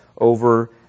over